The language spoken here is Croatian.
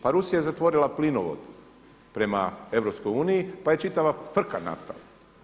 Pa Rusija je zatvorila plinovod prema EU pa je čitava frka nastala.